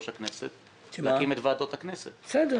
הכנסת להקים את ועדות הכנסת השונות.